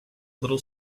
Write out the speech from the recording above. little